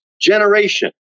generation